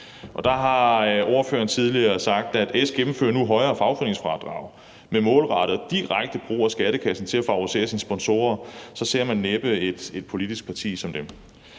Der har ordføreren tidligere sagt, at S nu gennemfører højere fagforeningsfradrag med målrettet, direkte brug af skattekassen til at favorisere sine sponsorer. Så ser man næppe et politisk parti som dem.